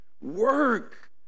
work